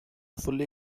fully